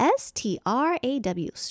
straw